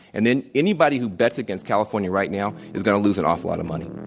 and then, anybody who bets against california right now, is going to lose an awful lot of money.